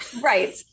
right